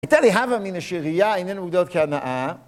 הייתה לי הווא אמינא שראייה איננה מוגדרת כהנאה